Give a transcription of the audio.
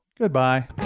goodbye